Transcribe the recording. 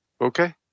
Okay